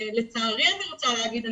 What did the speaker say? ולצערי אני רוצה להגיד,